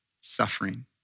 suffering